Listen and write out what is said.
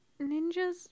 ninjas